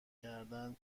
کردن